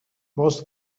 was